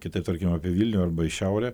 kitaip tarkim apie vilnių arba į šiaurę